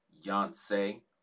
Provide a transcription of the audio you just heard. Yancey